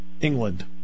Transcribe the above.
England